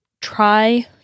try